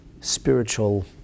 spiritual